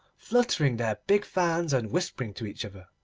fluttering their big fans and whispering to each other,